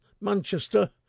Manchester